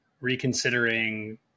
reconsidering